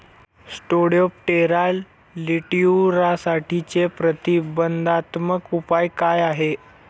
Spodoptera लिट्युरासाठीचे प्रतिबंधात्मक उपाय काय आहेत?